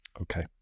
Okay